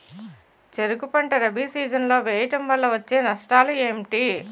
చెరుకు పంట రబీ సీజన్ లో వేయటం వల్ల వచ్చే నష్టాలు ఏంటి?